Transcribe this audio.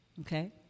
Okay